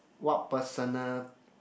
what personal